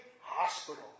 hospital